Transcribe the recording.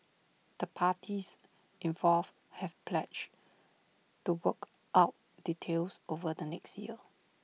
the parties involved have pledged to work out details over the next year